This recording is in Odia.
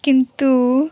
କିନ୍ତୁ